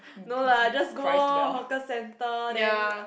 no lah just go orh hawker centre then